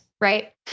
right